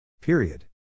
Period